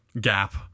gap